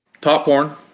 Popcorn